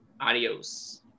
Adios